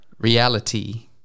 Reality